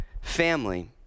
family